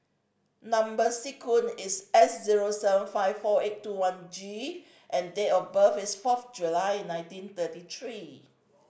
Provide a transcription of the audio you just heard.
number sequence is S zero seven five four eight two one G and date of birth is fourth July nineteen thirty three